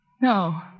No